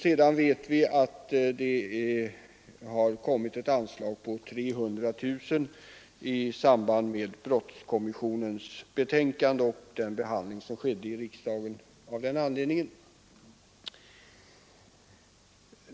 Vidare vet vi att det har kommit ett anslag på 300 000 kronor i samband med riksdagsbehandlingen av brottskommissionens betänkande.